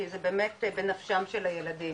כי זה באמת בנפשם של ילדים.